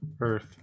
Earth